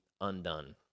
undone